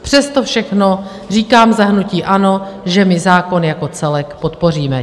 Přes to všechno říkám za hnutí ANO, že my zákon jako celek podpoříme.